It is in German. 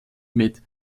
mit